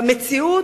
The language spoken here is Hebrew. במציאות: